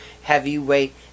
Heavyweight